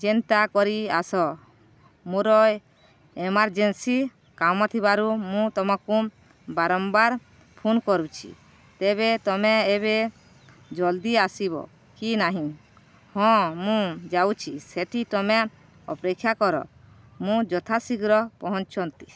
ଚିନ୍ତା କରି ଆସ ମୋର ଏମରଜେନ୍ସି କାମ ଥିବାରୁ ମୁଁ ତମକୁ ବାରମ୍ବାର ଫୋନ୍ କରୁଛି ତେବେ ତମେ ଏବେ ଜଲ୍ଦି ଆସିବ କି ନାହିଁ ହଁ ମୁଁ ଯାଉଛି ସେଠି ତମେ ଅପେକ୍ଷା କର ମୁଁ ଯଥାଶୀଘ୍ର ପହଞ୍ଚନ୍ତି